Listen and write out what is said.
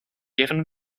given